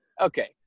okay